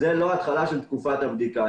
זאת לא התחלה של תקופת הבדיקה.